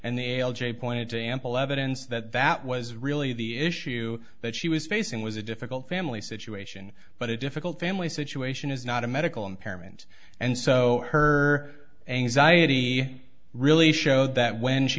and the a point to ample evidence that that was really the issue that she was facing was a difficult family situation but a difficult family situation is not a medical impairment and so her anxiety really showed that when she